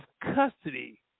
custody